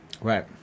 Right